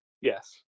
Yes